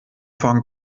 von